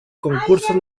concursos